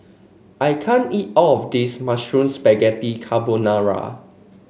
I can't eat all of this Mushroom Spaghetti Carbonara